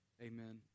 Amen